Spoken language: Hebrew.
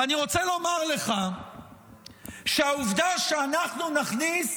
ואני רוצה לומר לך שהעובדה שאנחנו נכניס